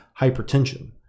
hypertension